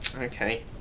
Okay